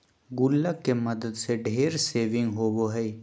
गुल्लक के मदद से ढेर सेविंग होबो हइ